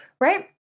right